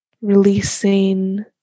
releasing